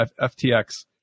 ftx